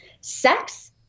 sex